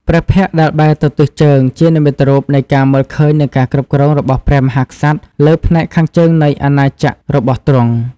ព្រះភ័ក្ត្រដែលបែរទៅទិសជើងជានិមិត្តរូបនៃការមើលឃើញនិងការគ្រប់គ្រងរបស់ព្រះមហាក្សត្រលើផ្នែកខាងជើងនៃអាណាចក្ររបស់ទ្រង់។